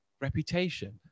reputation